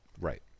Right